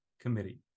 Committee